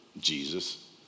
jesus